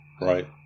Right